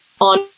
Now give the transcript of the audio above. on